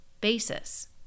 basis